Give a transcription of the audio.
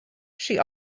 she